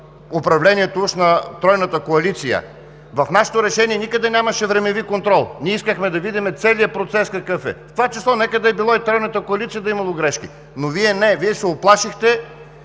управлението уж на тройната коалиция. В нашето решение никъде нямаше времеви контрол. Ние искахме да видим целия процес какъв е, в това число нека и при тройната коалиция да е имало грешки. Но Вие не, Вие се уплашихте,